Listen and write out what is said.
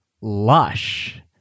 lush